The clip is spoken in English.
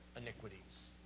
iniquities